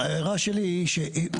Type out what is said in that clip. ההערה שלי שאם,